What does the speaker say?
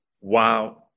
wow